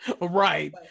Right